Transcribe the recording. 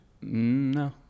no